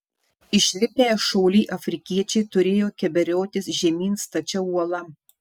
išlipę šauliai afrikiečiai turėjo keberiotis žemyn stačia uola